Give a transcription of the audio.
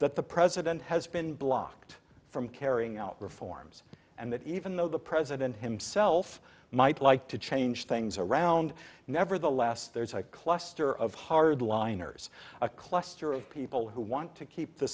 that the president has been blocked from carrying out reforms and that even though the president himself might like to change things around nevertheless there's a cluster of hardliners a cluster of people who want to keep the